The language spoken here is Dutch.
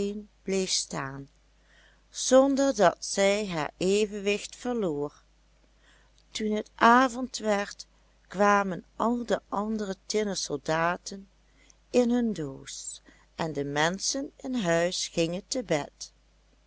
bleef staan zonder dat zij haar evenwicht verloor toen het avond werd kwamen al de andere tinnen soldaten in hun doos en de menschen in huis gingen te bed